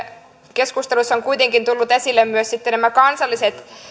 keskustelussa ovat kuitenkin tulleet esille myös kansalliset